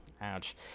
Ouch